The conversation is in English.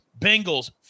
Bengals